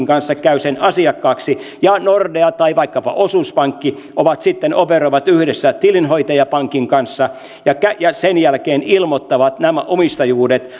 kanssa käy sen asiakkaaksi ja nordea tai vaikkapa osuuspankki sitten operoivat yhdessä tilinhoitajapankin kanssa ja ja sen jälkeen ilmoittavat nämä omistajuudet